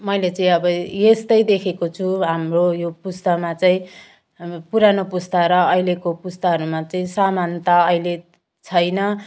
मैले चाहिँ अब यस्तै देखेको छु हाम्रो यो पुस्तामा चाहिँ हाम्रो पुरानो पुस्ता र अहिलेको पुस्ताहरूमा चाहिँ सामानता अहिले छैन